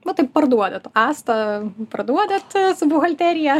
va taip parduodat asta parduodat su buhalterija